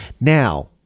now